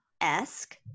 esque